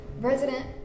President